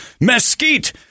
mesquite